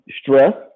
stress